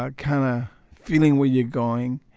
ah kind of feeling where you're going.